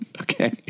Okay